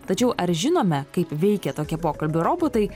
tačiau ar žinome kaip veikia tokie pokalbių robotai